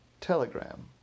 telegram